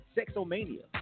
Sexomania